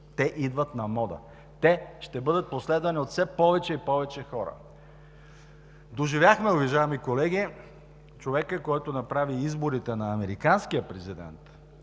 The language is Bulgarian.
Те идват на мода. Те ще бъдат последвани от все повече и повече хора. Доживяхме, уважаеми колеги, човекът, който направи изборите на американския президент